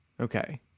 Okay